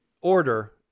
order